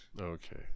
Okay